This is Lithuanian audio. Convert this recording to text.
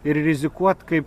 ir rizikuot kaip